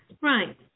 Right